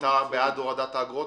אתה בעד הורדת האגרות?